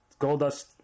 Goldust